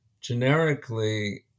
Generically